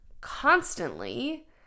constantly